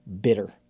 bitter